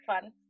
fun